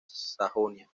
sajonia